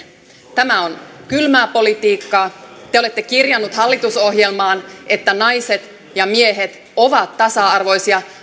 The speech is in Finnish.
tämä on kylmää politiikkaa te te olette kirjanneet hallitusohjelmaan että naiset ja miehet ovat tasa arvoisia